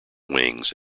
wings